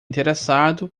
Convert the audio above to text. interessado